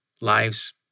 lives